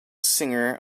singer